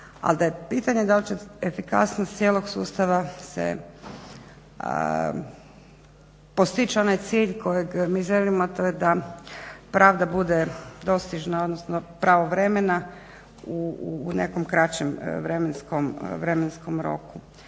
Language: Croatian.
pitanje da li će efikasnost cijelog sustava postići onaj cilj kojeg mi želimo, a to je da pravda bude dostižna, odnosno pravovremena u nekom kraćem vremenskom roku.